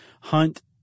hunt